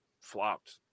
flopped